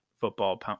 football